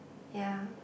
ya